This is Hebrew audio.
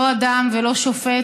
לא אדם ולא שופט,